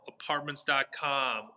Apartments.com